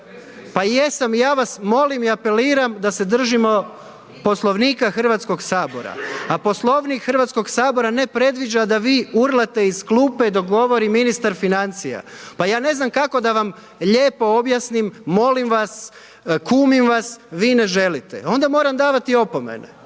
Pa jesam i ja vas molim i apeliram da se držimo Poslovnika Hrvatskog sabora a Poslovnik Hrvatskog sabora ne predviđa da vi urlate iz klupe dok govori ministar financija. Pa je ne znam kako da vam lijepo objasnim, molim vas, kumim vas, vi ne želite, onda moram davati opomene.